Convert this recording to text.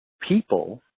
People